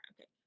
okay